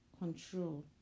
control